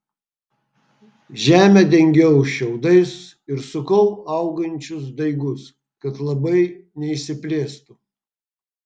žemę dengiau šiaudais ir sukau augančius daigus kad labai neišsiplėstų